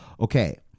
Okay